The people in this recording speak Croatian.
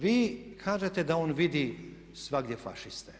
Vi kažete da ondje vidi svagdje fašiste.